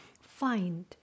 Find